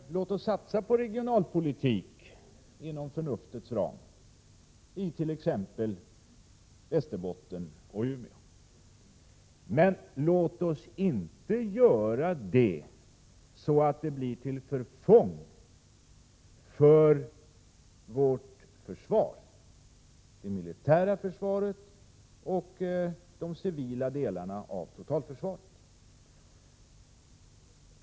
Låt oss satsa på regionalpolitik inom förnuftets ram i t.ex. Västerbotten och Umeå. Men låt oss inte göra det så att det blir till förfång för vårt försvar, det militära försvaret och de civila delarna av totalförsvaret.